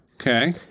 Okay